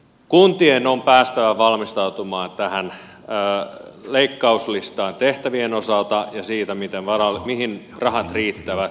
kuntien on päästävä valmistautumaan tähän leikkauslistaan tehtävien osalta ja siihen mihin rahat riittävät